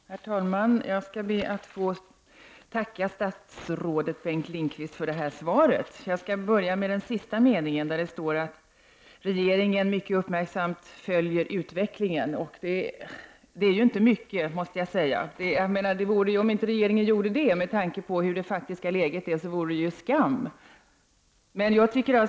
Herr talman! Jag ber att få tacka statsrådet Bengt Lindqvist för svaret. Jag vill börja med att kommentera den sista meningen. Där står att regeringen mycket uppmärksamt följer utvecklingen. Det är inte mycket. Om inte regeringen gjorde detta med tanke på hur det faktiska läget är vore det ju skam.